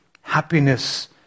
happiness